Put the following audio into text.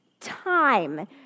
time